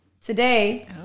Today